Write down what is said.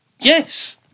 Yes